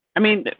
i mean,